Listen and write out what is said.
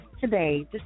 today